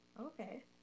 Okay